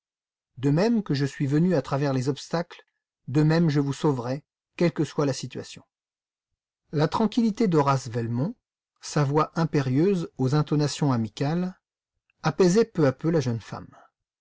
de même que je suis venu à travers tous les obstacles de même je vous sauverai quelle que soit la situation la tranquillité d'horace velmont sa voix impérieuse aux intonations amicales apaisaient peu à peu la jeune femme